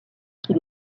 qu’il